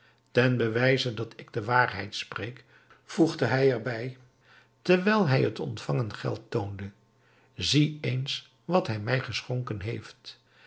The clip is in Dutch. ten bewijze dat ik de waarheid spreek voegde hij er bij terwijl hij het ontvangen geld toonde zie eens wat hij mij geschonken heeft